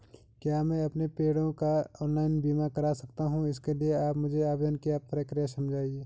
क्या मैं अपने पेड़ों का ऑनलाइन बीमा करा सकता हूँ इसके लिए आप मुझे आवेदन की प्रक्रिया समझाइए?